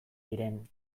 diren